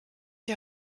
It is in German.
die